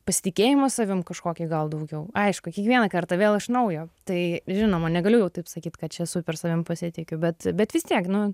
pasitikėjimo savim kažkokį gal daugiau aišku kiekvieną kartą vėl iš naujo tai žinoma negaliu jau taip sakyt kad čia super savim pasitikiu bet bet vis tiek nu